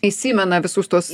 įsimena visus tuos